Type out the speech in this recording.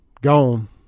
gone